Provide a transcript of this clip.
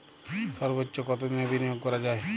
সর্বোচ্চ কতোদিনের বিনিয়োগ করা যায়?